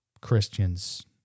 Christians